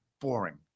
boring